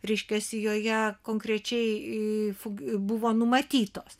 reiškiasi joje konkrečiai fug buvo numatytos